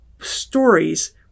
stories